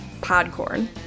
Podcorn